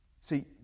See